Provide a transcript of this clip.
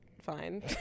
fine